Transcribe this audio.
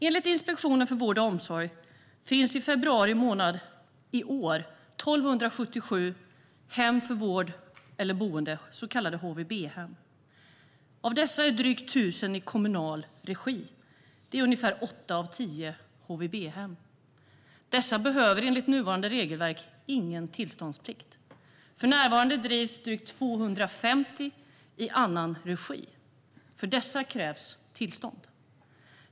Enligt Inspektionen för vård och omsorg fanns det i februari i år 1 277 hem för vård eller boende, så kallade HVB. Av dessa drivs drygt tusen i kommunal regi. Det är ungefär åtta av tio HVB. Dessa har enligt nuvarande regelverk ingen tillståndsplikt. För närvarande drivs drygt 250 HVB i annan regi. För dessa krävs tillstånd.